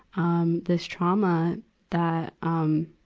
um, this trauma that, um,